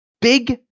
big